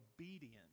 obedient